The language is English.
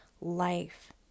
life